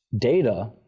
data